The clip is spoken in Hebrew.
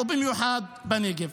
ובמיוחד בנגב.